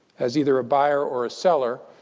as either a buyer or a seller,